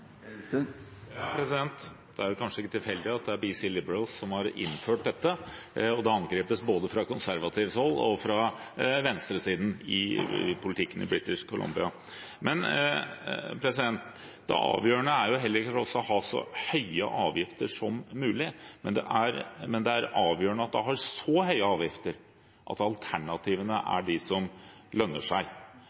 Det er kanskje ikke tilfeldig at det er BC Liberals som har innført dette, og det angripes både fra konservativt hold og fra venstresiden i politikken i British Columbia. Det avgjørende er heller ikke for oss å ha så høye avgifter som mulig, men det er avgjørende at en har så høye avgifter at alternativene er de som lønner seg.